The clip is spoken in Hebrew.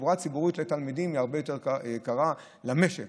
תחבורה ציבורית לתלמידים היא הרבה יותר יקרה למשק